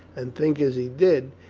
and think as he did,